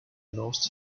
lost